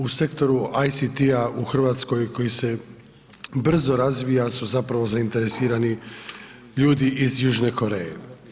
U sektoru IT-a u Hrvatskoj koji se brzo razvija su zapravo zainteresirani ljudi iz Južne Koreje.